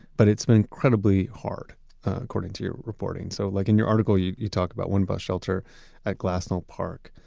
but it's been incredibly hard according to your reporting. so like in your article you you talk about one bus shelter at glassell park.